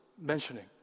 mentioning